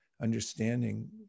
understanding